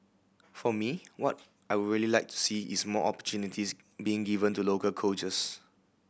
for me what I would really like to see is more opportunities being given to local coaches